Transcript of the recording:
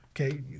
okay